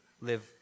live